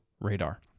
radar